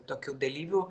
tokių dalyvių